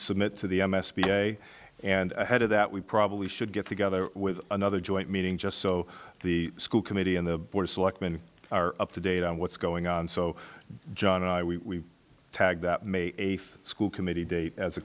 submit to the m s p day and head of that we probably should get together with another joint meeting just so the school committee and the board of selectmen are up to date on what's going on so john and i we tag that may eighth school committee date as a